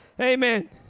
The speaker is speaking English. Amen